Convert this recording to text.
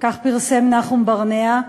כך פרסם נחום ברנע,